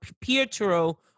Pietro